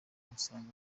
ngasanga